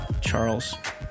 Charles